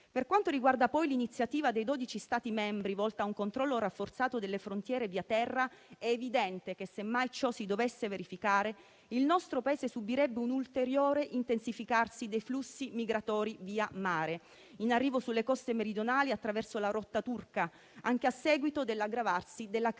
Per quanto riguarda, poi, l'iniziativa dei dodici Stati membri volta a un controllo rafforzato delle frontiere via terra, è evidente che, semmai ciò si dovesse verificare, il nostro Paese subirebbe un ulteriore intensificarsi dei flussi migratori via mare, in arrivo sulle coste meridionali attraverso la rotta turca, anche a seguito dell'aggravarsi della crisi